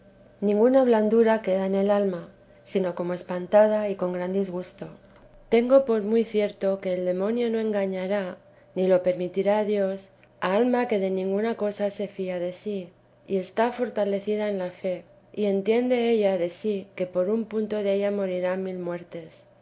ninguna blandura queda en el alma sino como espantada y con gran disgusto tengo por muy cierto que el demonio no engañará ni lo permitirá dios a alma que de ninguna cosa se fía de sí y está fortalecida en la fe que entienda ella de sí que por un punto della morirá mil muertes